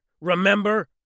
Remember